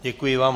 Děkuji vám.